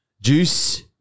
Juice